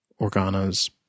Organa's